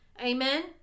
Amen